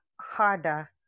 harder